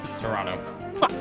Toronto